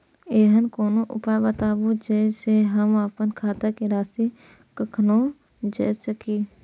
ऐहन कोनो उपाय बताबु जै से हम आपन खाता के राशी कखनो जै सकी?